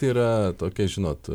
tai yra tokia žinot